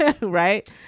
Right